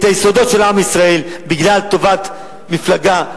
היסודות של עם ישראל בגלל טובת מפלגה,